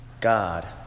God